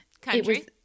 Country